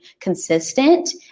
consistent